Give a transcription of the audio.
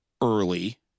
early